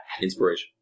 Inspiration